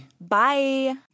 Bye